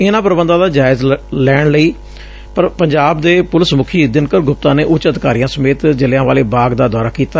ਇਨ੍ਹਾਂ ਪ੍ਰਬੰਧਾਂ ਦਾ ਜਾਇਜ਼ਾ ਲੈਣ ਲਈ ਪੰਜਾਬ ਦੇ ਪੁਲਿਸ ਮੁਖੀ ਦਿਨਕਰ ਗੁਪਤਾ ਨੇ ਉਂਚ ਅਧਿਕਾਰੀਆਂ ਸਮੇਤ ਜਲ੍ਜਿਆਂ ਵਾਲੇ ਬਾਗ ਦਾ ਦੌਰਾ ਕੀਤਾ